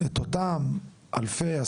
את אותם אלפי שקלים,